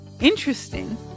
interesting